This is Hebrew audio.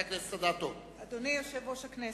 אדוני יושב-ראש הכנסת,